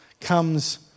comes